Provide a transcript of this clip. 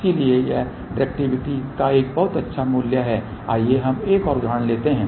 इसलिए यह डिरेक्टिविटि का एक बहुत अच्छा मूल्य है आइए हम एक और उदाहरण लेते हैं